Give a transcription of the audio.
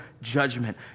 judgment